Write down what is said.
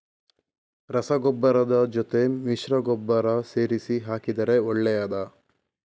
ರಸಗೊಬ್ಬರದ ಜೊತೆ ಮಿಶ್ರ ಗೊಬ್ಬರ ಸೇರಿಸಿ ಹಾಕಿದರೆ ಒಳ್ಳೆಯದಾ?